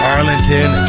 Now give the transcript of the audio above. Arlington